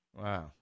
Wow